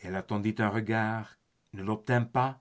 elle attendit un regard ne l'obtint pas